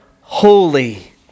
holy